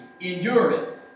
endureth